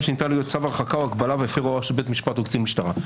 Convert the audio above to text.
שניתן לו צו הרחקה או הגבלה והפר הוראה של בית משפט או קצין משטרה.